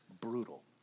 brutal